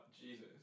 Jesus